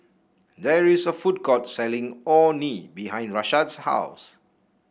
there is a food court selling Orh Nee behind Rashad's house